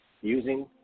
using